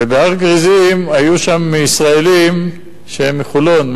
ובהר-גריזים היו ישראלים שהם מחולון,